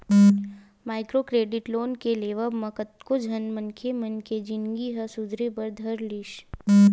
micro credit loan के लेवब म कतको झन मनखे मन के जिनगी ह सुधरे बर धर लिस